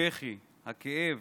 הבכי, הכאב,